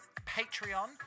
Patreon